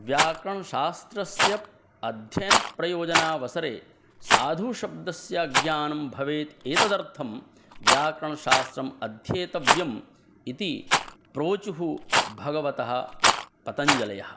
व्याकरणशास्त्रस्य अध्ययनप्रयोजनावसरे साधुशब्दस्य ज्ञानं भवेत् एतदर्थं व्याकरणशास्त्रम् अध्येतव्यम् इति प्रोचुः भगवतः पतञ्जलयः